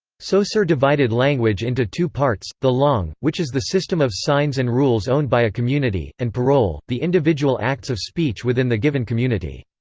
so saussure divided language into two parts the langue, which is the system of signs and rules owned by a community, and parole, the individual acts of speech within the given community.